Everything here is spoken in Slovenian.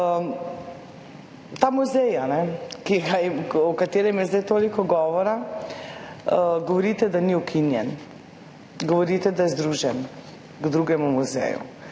Ta muzej, o katerem je zdaj toliko govora, govorite, da ni ukinjen, govorite, da je združen z drugim muzejem.